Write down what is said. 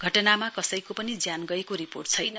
घटनामा कसैको पनि ज्यान गएको रिपोर्ट छैन